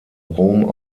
rom